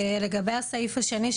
לגבי הסעיף השני,